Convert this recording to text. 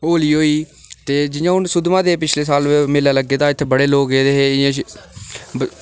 होली होई ते जि'यां हून पिछले साल मेला लग्गे दा इत्थै बड़े लोग गेदे हे